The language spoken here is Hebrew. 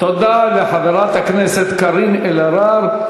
תודה לחברת הכנסת קארין אלהרר.